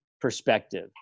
perspective